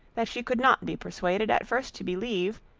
that she could not be persuaded at first to believe,